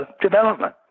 development